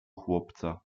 chłopca